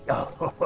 oh,